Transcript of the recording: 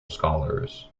scholars